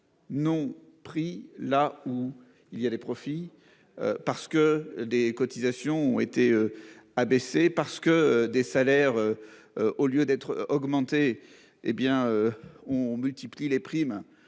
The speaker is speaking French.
Non pris là où il y a des profits. Parce que des cotisations ont été abaissées parce que des salaires. Au lieu d'être augmenté. Hé bien. On multiplie les primes.